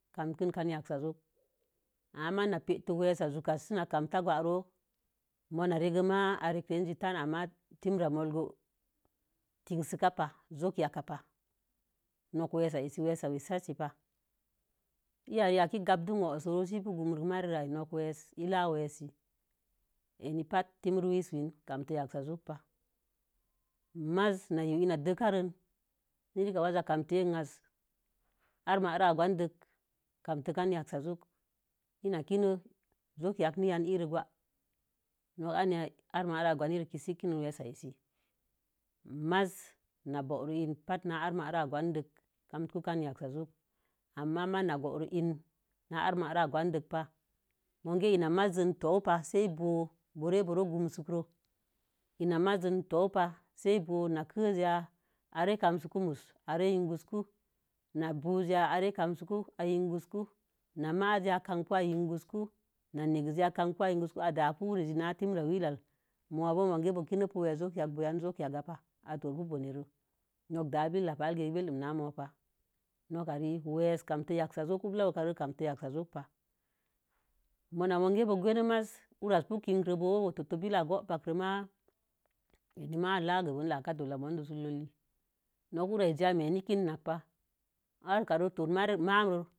Kam tinkin kan yaksa joki. Ama maiz na petə weesə zukasi sina kankə gwaare. mo̱o̱na re gai mai a'a rekə rezi ma tə ama tinramo mo̱o̱gə tinsika ba'ah joki yakapa'a nok weesə a'si. Weesə wesasipa in ya reyan i gandinu wusoro si ii bu gurum mare re kə rə nok weesə tlaah weesə eninpatə tinmii weere wenin kante yansa jokə pa masi na'a kə inna dəkare nakakə kamtə a'azi armaih goodonki kamkanyaksa jokii ina kinə joki yanni yan gwaag nok an yai ar manah gonirikə. si ii kənə maiz na buroo batə na re mana gwaaden kant unka yaksa joki na'ar mana gondoki ki pa'a mo̱wun kə lna maiz towupa sei bo̱o̱ re gwun kət. Ina maiz towipa sei bo̱o̱ nakədiya arekusui are yin kugoku na buyiya are kansuwu a yinkungun na maizaya akamku a yingun na nez ya a gaku a yingun ku a'a daku. Adaku ure zi na tinrawila'a mo̱o̱ bo̱o̱ a puna pula'a joka yangupe le'a atorpu boonere nok da'a billək pa lil ke beldun na mo̱o̱ pa nok ka rekə weesə kamte ya sai joki pa. ula uwukare kamtei kam yaksa joki pa moo na mukə mo̱o̱ genə maiz urasi pi kire. bo̱o̱ hu bo̱o̱ toto bila ruleikə uwupakə ma enima nok la'ak bone yamon sulozi su'urlil nok ulra'azi a'me na kin yakpa. Awukare tomaro.